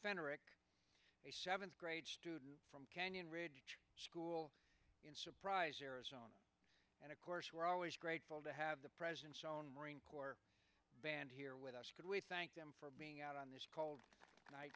fenric a seventh grade student from kenyon ridge school in surprise arizona and of course we're always grateful to have the president's own marine corps band here with us could we thank them for being out on this call and i